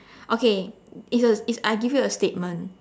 okay it's a it's I give you a statement